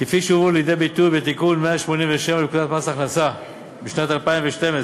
כפי שהובאו לידי ביטוי בתיקון 187 לפקודת מס הכנסה משנת 2012,